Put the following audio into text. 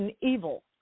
evil